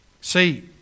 See